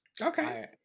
okay